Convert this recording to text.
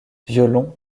violon